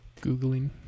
Googling